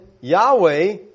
Yahweh